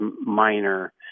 minor